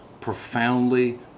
profoundly